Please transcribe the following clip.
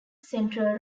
central